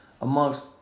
amongst